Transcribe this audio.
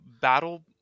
battle